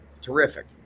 terrific